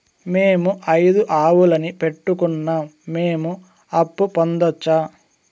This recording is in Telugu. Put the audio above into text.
మేము ఐదు ఆవులని పెట్టుకున్నాం, మేము అప్పు పొందొచ్చా